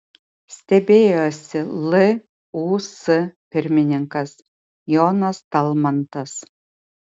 stebėjosi lūs pirmininkas jonas talmantas